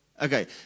Okay